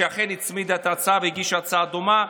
שאכן הצמידה את ההצעה והגישה הצעה דומה.